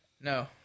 No